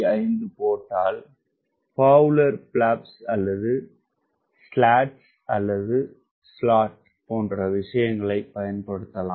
5 போட்டால் பவுலர் பிளேப்ஸ் அல்லது சிலேட் அல்லது சிலாட் போன்ற விஷயங்களை பயன்படுத்தலாம்